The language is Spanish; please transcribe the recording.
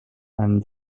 van